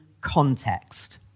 context